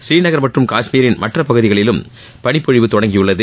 புறீநகர் மற்றும் காஷ்மீரின் மற்ற பகுதிகளிலும் பனிப்பொழிவு தொடங்கியுள்ளது